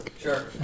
Sure